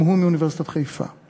גם הוא מאוניברסיטת חיפה.